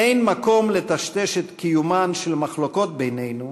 אין מקום לטשטש את קיומן של מחלוקות בינינו,